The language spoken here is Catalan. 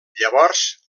llavors